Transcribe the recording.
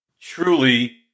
truly